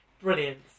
Brilliant